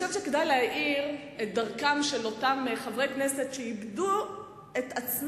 כדי למלא את הגירעון הזה, שדיברתי עליו,